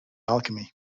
alchemy